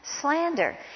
Slander